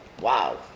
wow